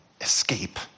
escape